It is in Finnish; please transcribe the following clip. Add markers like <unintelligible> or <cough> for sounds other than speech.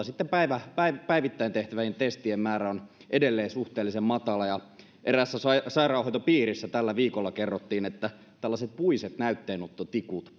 <unintelligible> sitten päivittäin tehtävien testien määrä on edelleen suhteellisen matala ja eräässä sairaanhoitopiirissä tällä viikolla kerrottiin että tällaiset puiset näytteenottotikut <unintelligible>